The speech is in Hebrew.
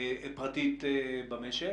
פרטית במשק,